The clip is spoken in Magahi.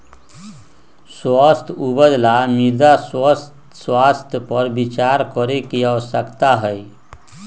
स्वस्थ उपज ला मृदा स्वास्थ्य पर विचार करे के आवश्यकता हई